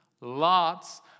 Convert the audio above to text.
lots